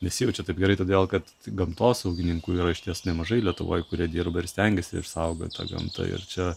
nesijaučiu taip gerai todėl kad gamtosaugininkų yra išties nemažai lietuvoj kurie dirba ir stengiasi išsaugot tą gamtą ir čia